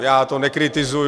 Já to nekritizuji.